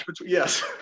Yes